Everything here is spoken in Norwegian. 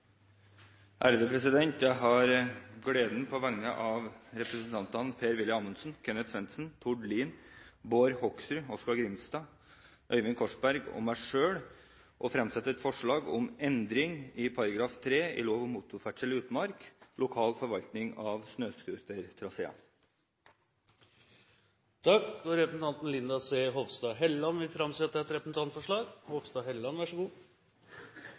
Jeg har gleden av på vegne av representantene Per Willy Amundsen, Kenneth Svendsen, Tord Lien, Bård Hoksrud, Oskar J. Grimstad, Øyvind Korsberg og meg selv å framsette et forslag om endring i § 3 i lov om motorferdsel i utmark, lokal forvaltning av snøscootertraseer. Representanten Linda C. Hofstad Helleland vil framsette et representantforslag.